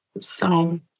So-